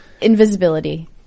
invisibility